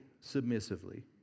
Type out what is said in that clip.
submissively